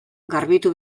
garbitu